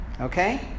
Okay